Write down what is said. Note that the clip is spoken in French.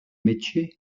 métiers